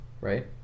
right